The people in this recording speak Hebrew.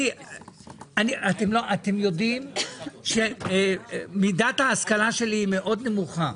אתם יודעים שמידת ההשכלה שלי היא מאוד נמוכה.